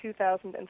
2005